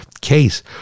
case